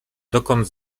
dokąd